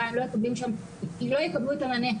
למשטרה וגם לרווחה, הם לא יקבלו את המענה.